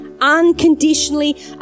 unconditionally